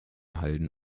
halden